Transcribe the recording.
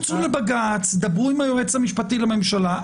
רוצו לבג"ץ, דברו עם היועץ המשפטי לממשלה.